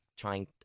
trying